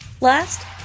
Last